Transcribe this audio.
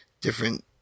different